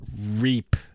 reap